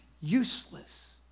useless